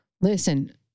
listen